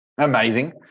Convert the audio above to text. Amazing